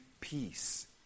Peace